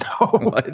No